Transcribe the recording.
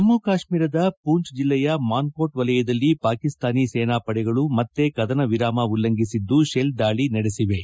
ಜಮ್ಮು ಕಾಶ್ಮೀರದ ಮೂಂಚ್ ಜಿಲ್ಲೆಯ ಮಾನ್ಕೋಟ್ ವಲಯದಲ್ಲಿ ಪಾಕಿಸ್ತಾನ ಸೇನಾಪಡೆಗಳು ಮತ್ತೆ ಕದನ ವಿರಾಮ ಉಲ್ಲಂಘಿಸಿದ್ದು ಶೆಲ್ ದಾಳಿ ನಡೆಸಿವೆ